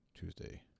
Tuesday